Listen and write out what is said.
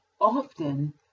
often